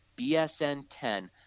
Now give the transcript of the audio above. BSN10